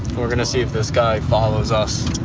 we're gonna see if this guy follows us.